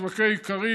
שוקי איכרים,